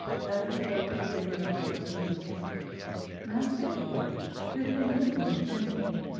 ever hope to win the lovely lucia master peter, who had been listening attentively,